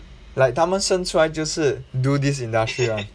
like 他们生出来就是 do this industry [one]